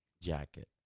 jacket